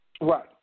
Right